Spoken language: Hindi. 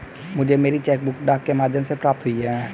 मुझे मेरी चेक बुक डाक के माध्यम से प्राप्त हुई है